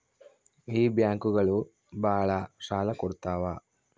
ಈ ಬ್ಯಾಂಕುಗಳು ಭಾಳ ಸಾಲ ಕೊಡ್ತಾವ